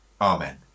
Amen